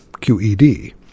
Q.E.D